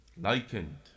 Likened